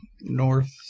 north